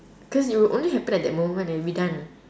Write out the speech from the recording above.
cause you only happen at that moment and we done